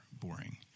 boring